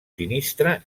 sinistre